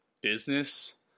business